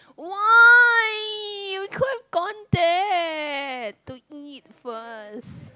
why you could gone there to eat first